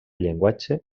llenguatge